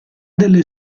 delle